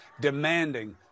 demanding